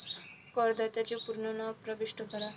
करदात्याचे पूर्ण नाव प्रविष्ट करा